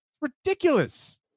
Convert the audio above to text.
Ridiculous